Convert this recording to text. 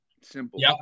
Simple